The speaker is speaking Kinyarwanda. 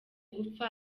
gupfa